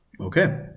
Okay